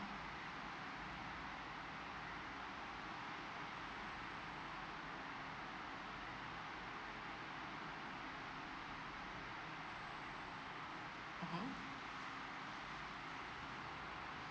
mmhmm